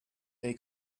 they